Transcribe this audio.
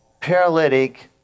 paralytic